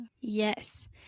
Yes